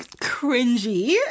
cringy